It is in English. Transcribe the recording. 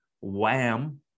wham